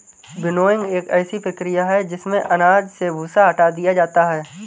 winnowing एक ऐसी प्रक्रिया है जिसमें अनाज से भूसा हटा दिया जाता है